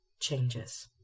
changes